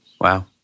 Wow